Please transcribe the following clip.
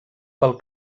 pel